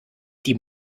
die